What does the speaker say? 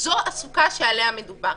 וזאת הסוכה שעליה מדובר.